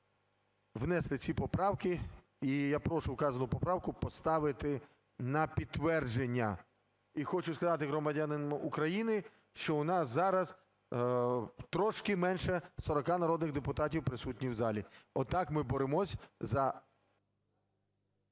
внесли ці поправки. І я прошу указану поправку поставити на підтвердження. І хочу сказати громадянам України, що у нас зараз трошки менше 40 народних депутатів присутні в залі, отак ми боремося за...